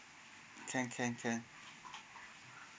can can can